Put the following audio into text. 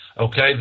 Okay